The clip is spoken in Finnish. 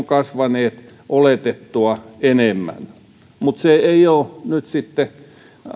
kasvaneet oletettua enemmän mutta se ei ole nyt sitten